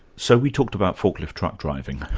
so we talked about forklift truck driving,